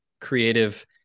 creative